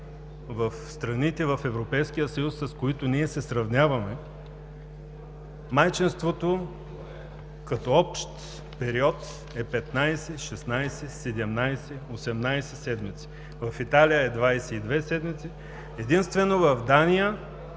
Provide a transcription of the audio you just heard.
в страните в Европейския съюз, с които ние се сравняваме, майчинството като общ период е 15, 16, 17, 18 седмици. В Италия е 22 седмици, единствено в Дания,